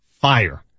fire